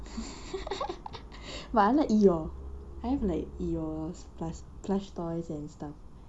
but I like eeyore I have like eeyores plus~ plush toys and stuff